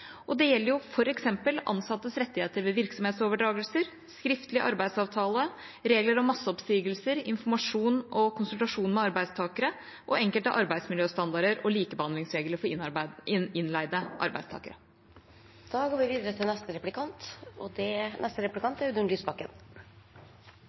Det gjelder f.eks. ansattes rettigheter ved virksomhetsoverdragelser, skriftlig arbeidsavtale, regler om masseoppsigelser, informasjon til og konsultasjon med arbeidstakere og enkelte arbeidsmiljøstandarder og likebehandlingsregler for innleide arbeidstakere. Jeg vil gjerne også komme inn på hva som er regjeringens alternativer. Det som er